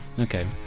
Okay